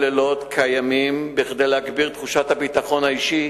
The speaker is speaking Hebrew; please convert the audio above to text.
לילות כימים כדי להגביר את תחושת הביטחון האישי